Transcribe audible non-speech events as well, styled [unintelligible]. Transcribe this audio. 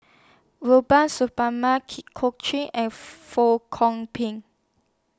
Rubiah Suparman Jit Koon Ch'ng and Fong [unintelligible] Pik